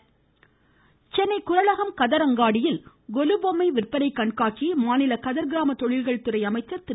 ருருருருரு கதர் சென்னை குறளகம் கதர் அங்காடியில் கொலு பொம்மை விற்பனை கண்காட்சியை மாநில கதர் கிராம தொழில்கள்துறை அமைச்சர் திரு